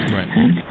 Right